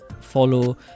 follow